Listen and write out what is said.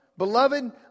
Beloved